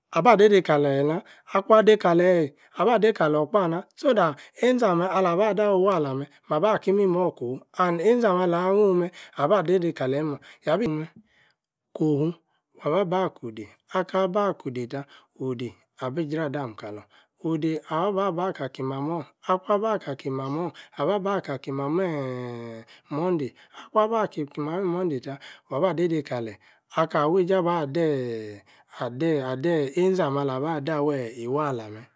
Aba-dei-dei-kaleeh nah, akwuan dei-kaleyi, abah-dei-kalor-kpaah nah, so-that einzi-ameh allah-ba dawi-walla-meh, wuaba-ki-imimor kowu. and-einzi-ameh- alah nhun-meh. abah-dei-dei kaleyi imor, yabi mm. kowu, waba-bah-ko-odey, aka-ba ko-odey tah, odey, abi-jradam-kalor, odey ah-ba-bah-ka-ki mamor', akun-ah-bah-akah-ki-ma-mor, abah-kaki mame-e-e-e-eh monday, akwuan bah kaki-mami-monday tah, waba-dei-dei kaleyi, akah wueije abah dee-eh-ah-deeh-ah-de-eh einzi-ah-meh ala-bah-dah-wi-e-wallah meh.